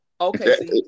Okay